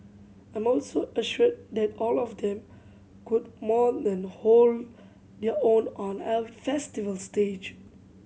I'm also assured that all of them could more than hold their own on a festival stage